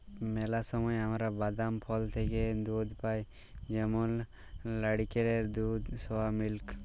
ম্যালা সময় আমরা বাদাম, ফল থ্যাইকে দুহুদ পাই যেমল লাইড়কেলের দুহুদ, সয়া মিল্ক